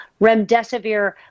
Remdesivir